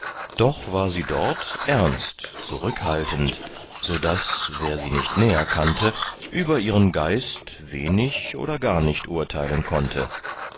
doch war sie dort ernst zurückhaltend so daß wer sie nicht näher kannte über ihren geist wenig oder gar nicht urteilen konnte